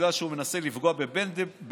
בגלל שהוא מנסה לפגוע במנדלבליט,